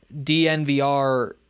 DNVR